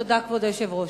תודה, כבוד היושב-ראש.